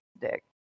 dick